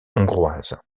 hongroise